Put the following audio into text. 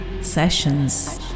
sessions